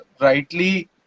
rightly